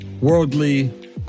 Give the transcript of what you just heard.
worldly